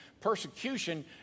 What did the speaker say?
Persecution